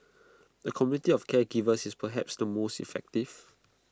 A community of caregivers is perhaps the most effective